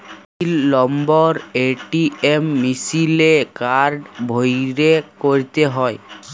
পিল number ATM মিশিলে card ভ্যইরে ক্যইরতে হ্যয়